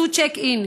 ועשו צ'ק אין.